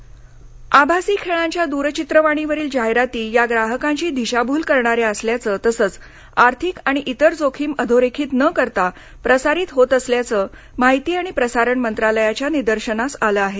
online gaming आभासी खेळांच्या दूरचित्रवाणीवरील जाहिराती या ग्राहकांची दिशाभूल करणाऱ्या असल्याचे तसेच आर्थिक आणि इतर जोखीम अधोरेखित न करता प्रसारित होत असल्याचे माहिती आणि प्रसारण मंत्रालयाच्या निदर्शनास आले आहे